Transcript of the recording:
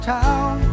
town